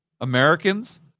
Americans